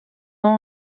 ans